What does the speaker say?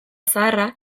zaharra